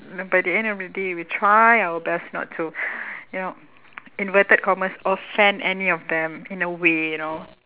by the end of the day we try our best not to you know inverted commas offend any of them in a way you know